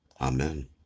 Amen